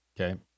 Okay